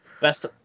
Best